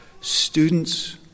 students